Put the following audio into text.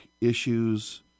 issues